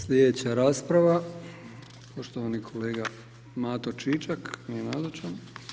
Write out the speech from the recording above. Sljedeća rasprava, poštovani kolega Mato Čičak, nije nazočan.